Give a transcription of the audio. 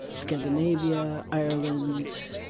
scandinavia, ireland,